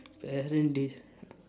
parent d~